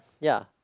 ya